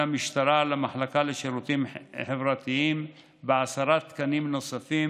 המשטרה למחלקה לשירותים החברתיים בעשרה תקנים נוספים